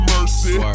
Mercy